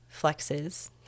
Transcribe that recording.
flexes